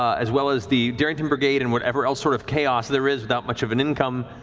as well as the darrington brigade and whatever else sort of chaos there is without much of an income,